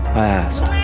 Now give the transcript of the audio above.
i asked?